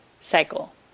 cycle